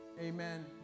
Amen